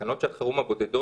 תקנות שעת החירום הבודדות,